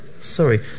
sorry